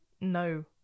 no